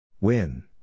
Win